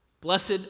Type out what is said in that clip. Blessed